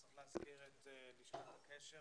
צריך להזכיר את לשכת הקשר,